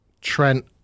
Trent